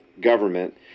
government